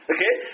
Okay